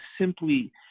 simply